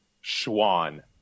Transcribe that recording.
schwan